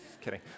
Kidding